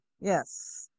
Yes